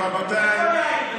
לעצמכם.